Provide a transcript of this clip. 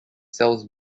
cells